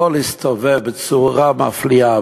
הכול הסתובב בצורה מפליאה,